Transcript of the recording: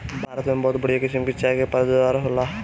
भारत में बहुते बढ़िया किसम के चाय के पैदावार होला